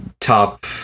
top